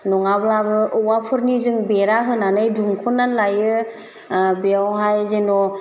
नङाब्लाबो औवाफोरनि जों बेरा होनानै दुमख'ना लायो बेवहाय जेन'